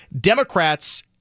Democrats